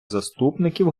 заступників